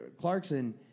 Clarkson